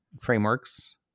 frameworks